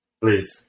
Please